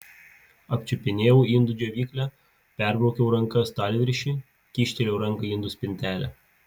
apčiupinėjau indų džiovyklę perbraukiau ranka stalviršį kyštelėjau ranką į indų spintelę